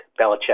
Belichick